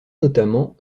notamment